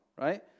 right